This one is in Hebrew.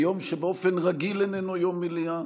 ביום שבאופן רגיל איננו יום מליאה,